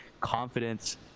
confidence